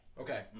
Okay